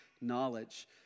knowledge